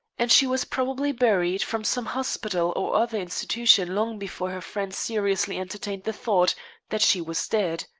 and she was probably buried from some hospital or other institution long before her friends seriously entertained the thought that she was dead.